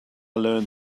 learned